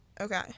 okay